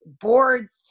boards